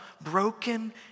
broken